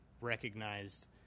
recognized